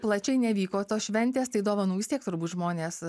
plačiai nevyko tos šventės tai dovanų vis tiek turbūt žmonės